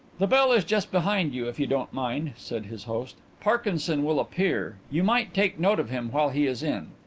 the bell is just behind you, if you don't mind, said his host. parkinson will appear. you might take note of him while he is in.